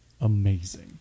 amazing